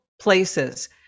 places